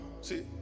See